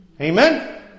Amen